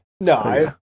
No